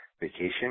vacation